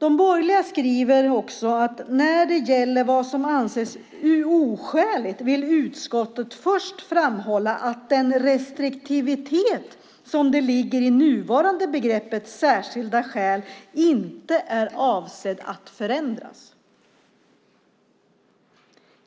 De borgerliga skriver också att när det gäller vad som anses oskäligt vill utskottet först framhålla att den restriktivitet som ligger i nuvarande begreppet "särskilda skäl" inte är avsedd att förändras.